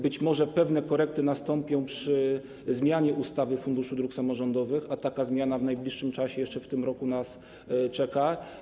Być może pewne korekty nastąpią przy zmianie ustawy o Funduszu Dróg Samorządowych, a taka zmiana w najbliższym czasie, jeszcze w tym roku, nas czeka.